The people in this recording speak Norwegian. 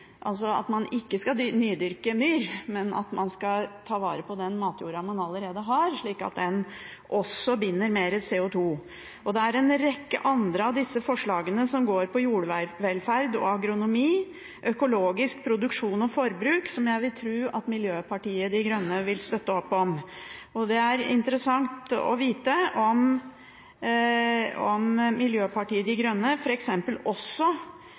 altså at man ikke skal nydyrke myr, men at man skal ta vare på den matjorda man allerede har, slik at den også binder mer CO2. Det er en rekke andre av disse forslagene som går på jordvelferd, agronomi og økologisk produksjon og forbruk som jeg vil tro at Miljøpartiet De Grønne vil støtte opp om. Det er interessant å vite om Miljøpartiet De Grønne,